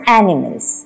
animals